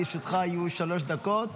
לרשותך יהיו שלוש דקות.